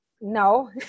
no